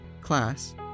class